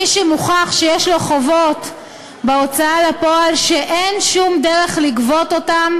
מי שמוכח שיש לו חובות בהוצאה לפועל שאין שום דרך לגבות אותם,